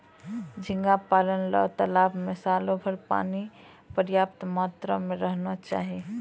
झींगा पालय ल तालाबो में सालोभर पानी पर्याप्त मात्रा में रहना चाहियो